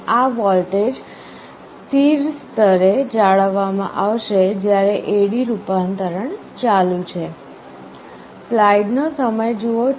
આ વોલ્ટેજ સ્થિર સ્તરે જાળવવામાં આવશે જ્યારે AD રૂપાંતરણ ચાલુ છે